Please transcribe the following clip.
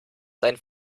sein